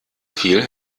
viel